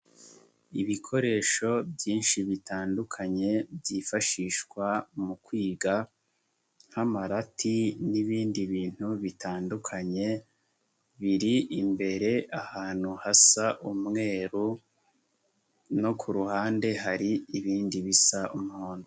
Ibikoresho byinshi bitandukanye, byifashishwa mu kwiga nk'amarati n'ibindi bintu bitandukanye, biri imbere ahantu hasa umweru, no ku ruhande hari ibindi bisa umuhondo.